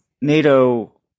NATO